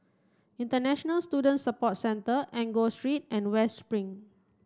International Student Support Centre Enggor Street and West Spring